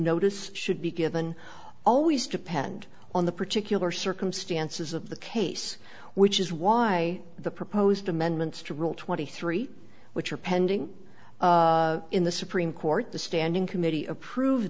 notice should be given always depend on the particular circumstances of the case which is why the proposed amendments to rule twenty three which are pending in the supreme court the standing committee approve